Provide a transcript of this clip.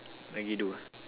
lagi dua